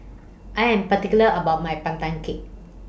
I Am particular about My Pandan Cake